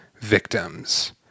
victims